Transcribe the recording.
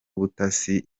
ubutasi